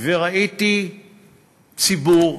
וראיתי ציבור,